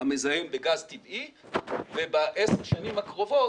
המזהם בגז טבעי וב-10 השנים הקרובות,